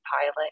pilot